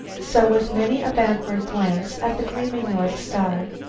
so with many a backward glance at the gleaming north star,